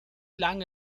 lange